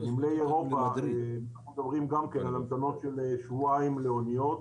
בנמלי אירופה אנחנו מדברים על המתנות של שבועיים לאוניות.